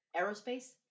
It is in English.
Aerospace